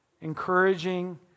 Encouraging